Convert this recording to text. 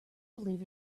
believe